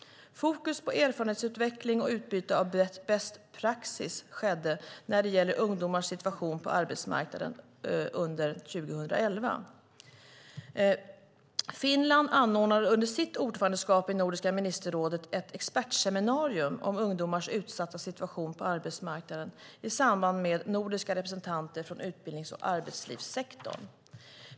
Fokus på erfarenhetsutväxling och utbyte av best praxis när det gäller ungdomars situation på arbetsmarknaden fortsatte under 2011. Finland anordnade under sitt ordförandeskap i Nordiska ministerrådet ett expertseminarium om ungdomars utsatta situation på arbetsmarknaden i samarbete med nordiska representanter från utbildnings och arbetslivssektorn.